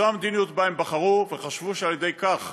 זו המדיניות שבה הם בחרו וחשבו שעל ידי כך